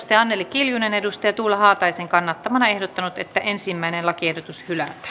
anneli kiljunen tuula haataisen kannattamana ehdottanut että ensimmäinen lakiehdotus